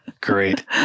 Great